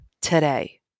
today